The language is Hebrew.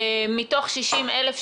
מתוך 60,000,